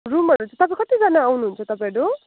रुमहरू चाहिँ तपाईँ कत्तिजना आउनुहुन्छ तपाईँहरू